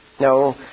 No